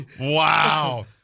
Wow